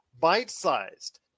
bite-sized